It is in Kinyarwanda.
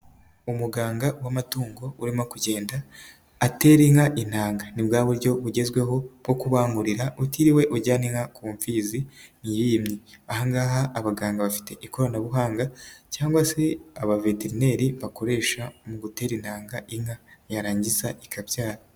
Umuganga w'amatungo urimo kugenda, atera inka intanga. Ni bwa buryo bugezweho, bwo kubangurira utiriwe ujyana inka ku mfizi ntiyimye, ahangaha abaganga bafite ikoranabuhanga cyangwa se, abaveteneri bakoresha mu gutera intanga inka yarangiza ikabyara.